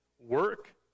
Work